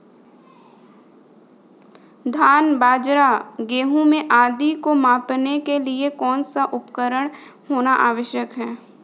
धान बाजरा गेहूँ आदि को मापने के लिए कौन सा उपकरण होना आवश्यक है?